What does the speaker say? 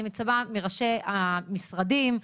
אני מצפה מראשי המשרדים,